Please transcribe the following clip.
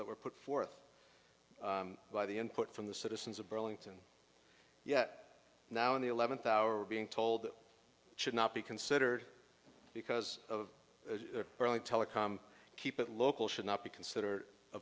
that were put forth by the input from the citizens of burlington yet now in the eleventh hour being told that should not be considered because of early telecom keep it local should not be considered a